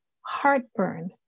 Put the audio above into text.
heartburn